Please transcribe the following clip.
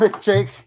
Jake